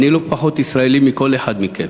אני לא פחות ישראלי מכל אחד מכם.